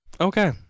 Okay